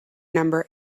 number